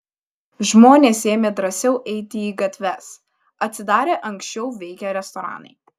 žmonės ėmė drąsiau eiti į gatves atsidarė anksčiau veikę restoranai